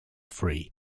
free